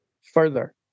further